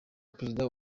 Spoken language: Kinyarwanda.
perezida